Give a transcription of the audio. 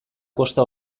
kosta